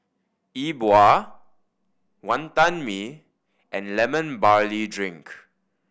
E Bua Wantan Mee and Lemon Barley Drink